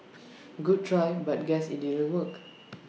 good try but guess IT didn't work